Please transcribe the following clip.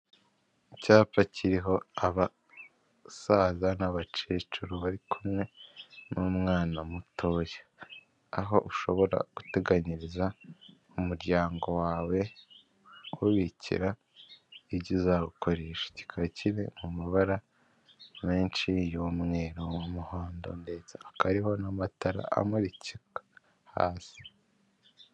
Icyapa kiriho abasaza n'abakecuru bari kumwe n'umwana mutoya, aho ushobora guteganyiriza umuryango uwububikira ibyo uzakoresha kikaba kiri mu mabara menshi y'umweru, umuhondo ndetse hakaba hariho n'amatara amuritse hasi.